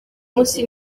munsi